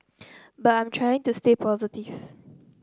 but I'm trying to stay positive